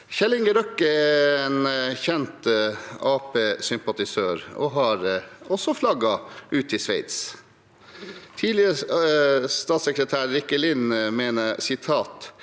Kjell Inge Røkke er en kjent Arbeiderparti-sympatisør, og han har også flagget ut til Sveits. Tidligere statssekretær Rikke Lind mener: